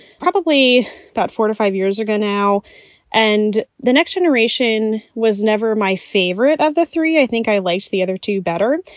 probably about four to five years are gone now and the next generation was never my favorite of the three. i think i liked the other two better,